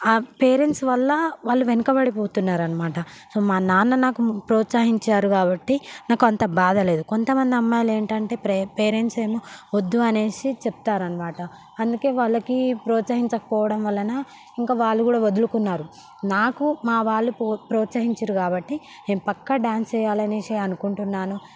ఆ పేరెంట్స్ వల్ల వాళ్ళు వెనకబడి పోతున్నారు అనమాట మా నాన్న నాకు ప్రోత్సహించారు కాబట్టి నాకు అంత బాధ లేదు కొంతమంది అమ్మాయిలు ఏంటంటే పేరెంట్స్ ఏమో వద్దు అనేసి చెప్తారు అనమాట అందుకే వాళ్లకి ప్రోత్సహించక పోవడం వలన ఇంకా వాళ్ళు కూడా వదులుకున్నారు నాకు మా వాళ్ళు ప్రో ప్రోత్సహించరు కాబట్టి నేను పక్క డాన్స్ వెయ్యాలి అనేసి అనుకుంటున్నాను